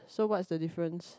so what's the difference